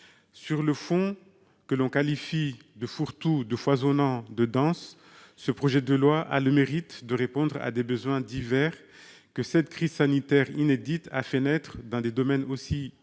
Sur le fond, qu'on le qualifie de « fourre-tout », de « foisonnant » ou de « dense », ce projet de loi a le mérite de répondre à des besoins divers, que cette crise sanitaire inédite a fait naître dans des domaines aussi variés